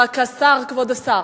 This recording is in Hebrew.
כבוד השר,